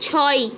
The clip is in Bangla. ছয়